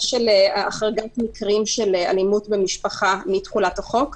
של החרגת מקרים של אלימות במשפחה מתחולת החוק.